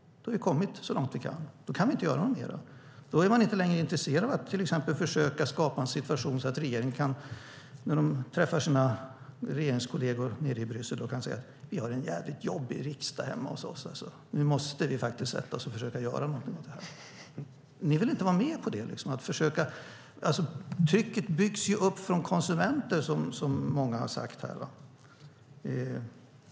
Då har vi kommit så långt vi kan. Då kan vi inte göra något mer. Då är man inte längre intresserad av att till exempel försöka skapa en situation så att regeringen när de träffar sina regeringskolleger i Bryssel kan säga att vi har en jädrigt jobbig riksdag hemma hos oss, så nu måste vi faktiskt sätta oss och försöka göra någonting åt det här. Ni vill inte vara med på detta. Trycket byggs ju upp från konsumenter, som många här har sagt.